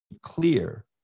clear